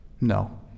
No